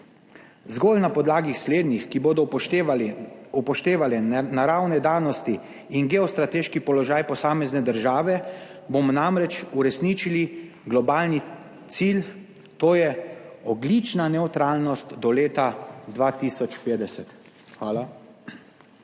Zgolj na podlagi slednjih, ki bodo upoštevale naravne danosti in geostrateški položaj posamezne države, bomo namreč uresničili globalni cilj, to je ogljična nevtralnost do leta 2050. Hvala.